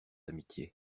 amitié